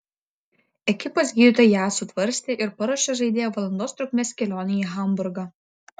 ekipos gydytojai ją sutvarstė ir paruošė žaidėją valandos trukmės kelionei į hamburgą